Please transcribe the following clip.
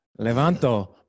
Levanto